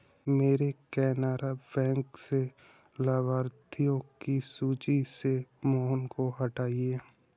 मेरे केनरा बैंक से लाभार्थियों की सूची से मोहन को हटाइए